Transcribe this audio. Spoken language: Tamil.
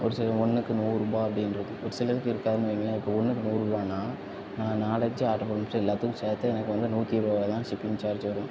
ஒரு சிலது ஒன்றுக்கு நூறுரூபா அப்படின்ருக்கு ஒரு சிலதுக்கு இருக்காதுன்னு வைங்களேன் இப்போ ஒன்றுக்கு நூறுரூவான்னா நான் நாலஞ்சு ஆர்டர் போட்டுவிட்டு எல்லாத்துக்கும் சேர்த்து எனக்கு வந்து நூற்றி இருவரூவாதான் ஷிப்பிங் சார்ஜ்ஜி வரும்